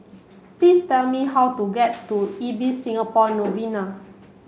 please tell me how to get to Ibis Singapore Novena